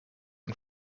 own